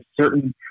certain